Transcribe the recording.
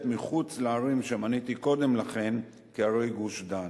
מחוץ לערים שמניתי קודם לכן כערי גוש-דן,